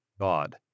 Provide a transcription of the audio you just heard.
God